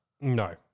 No